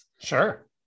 Sure